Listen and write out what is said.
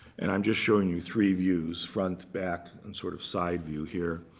and i'm just showing you three views front, back, and sort of side view here.